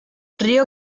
río